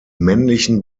männlichen